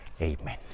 Amen